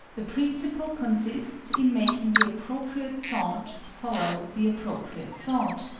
the principle consists in making the appropriate thought follow the appropriate thought,